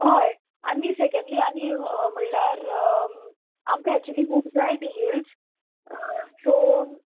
हय आनी सेकेंडली आनी म्हणल्यार आमकां एक्चुली खूब जाय ती हिल्स सो